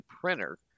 printer